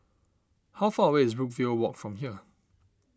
how far away is Brookvale Walk from here